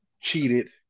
cheated